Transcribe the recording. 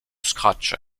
scratch